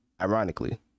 ironically